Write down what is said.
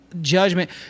judgment